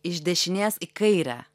iš dešinės į kairę